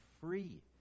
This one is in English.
free